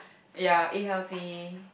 ya eat healthy